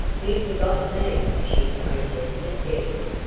you forgot me, she protested, gently,